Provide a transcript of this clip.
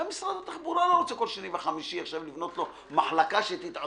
גם משרד התחבורה לא רוצה עכשיו כל שני וחמישי לבנות לו מחלקה שתתעסק